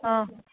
ಹಾಂ